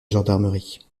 gendarmerie